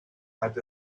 had